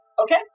Okay